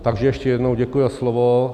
Takže ještě jednou děkuji za slovo.